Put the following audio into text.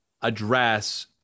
address